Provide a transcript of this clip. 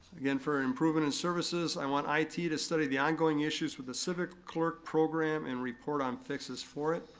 again, for improvement in services, i want it to to study the ongoing issues with the civic clerk program and report on fixes for it.